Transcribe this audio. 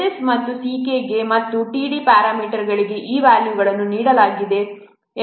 S s ಮತ್ತು C k ಮತ್ತು t d ಪ್ಯಾರಾಮೀಟರ್ಗಳಿಗೆ ಈ ವ್ಯಾಲ್ಯೂಗಳನ್ನು ನೀಡಲಾಗಿದೆ 2